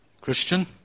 Christian